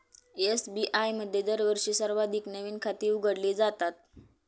SBI मध्ये दरवर्षी सर्वाधिक नवीन खाती उघडली जातात